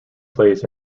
plays